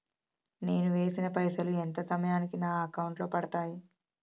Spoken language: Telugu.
నేను వేసిన పైసలు ఎంత సమయానికి నా అకౌంట్ లో పడతాయి?